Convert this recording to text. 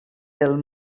del